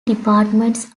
departments